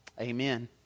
Amen